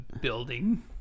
building